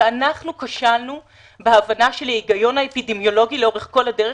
כשלנו בהבנה של ההיגיון האפידמיולוגי לאורך כל הדרך,